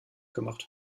gemacht